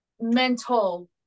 mental